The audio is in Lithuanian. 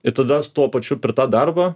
ir tada su tuo pačiu per tą darbą